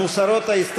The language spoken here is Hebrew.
50,